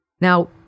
Now